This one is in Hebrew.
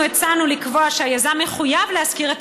אנחנו הצענו לקבוע שהיזם יחויב להשכיר את